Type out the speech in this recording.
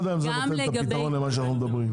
יודע אם זה ייתן את הפתרון למה שאנחנו מדברים.